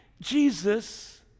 Jesus